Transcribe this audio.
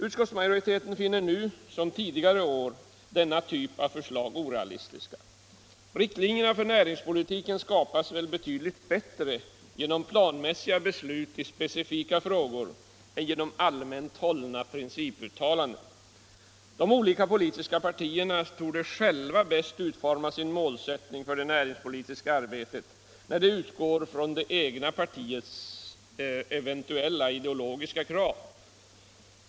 Utskottsmajoriteten finner nu som tidigare år förslag av denna typ orealistiska. Riktlinjerna för näringspolitiken skapas betydligt bättre genom planmässiga beslut i specifika frågor än genom allmänt hållna principuttalanden. De olika politiska partierna torde själva bäst utforma sina målsättningar för det näringspolitiska arbetet, där de utgår från det egna partiets eventuella ideologiska krav.